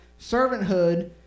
servanthood